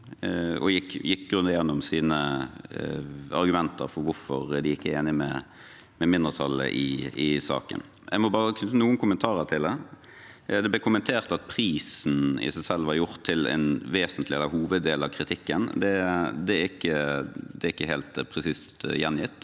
og gikk grundig gjennom sine argumenter for hvorfor de ikke er enige med mindretallet i saken. Jeg må bare knytte noen kommentarer til det: Det ble kommentert at prisen i seg selv var gjort til en vesentlig del eller en hoveddel av kritikken. Det er ikke helt presist gjengitt.